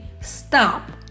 stop